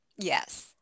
Yes